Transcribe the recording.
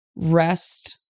rest